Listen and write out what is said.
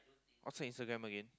what fake Instagram again